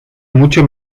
mucho